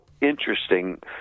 interesting